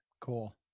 Cool